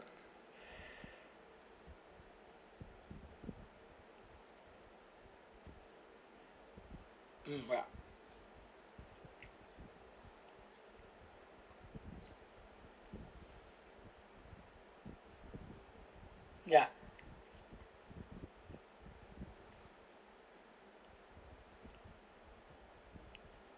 um ya